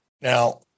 Now